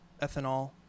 ethanol